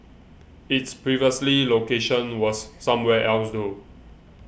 its previous location was somewhere else though